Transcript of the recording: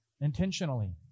intentionally